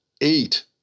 eight